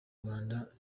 rwanda